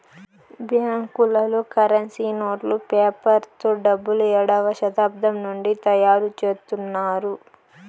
బ్యాంకులలో కరెన్సీ నోట్లు పేపర్ తో డబ్బులు ఏడవ శతాబ్దం నుండి తయారుచేత్తున్నారు